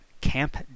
Camp